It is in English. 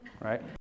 right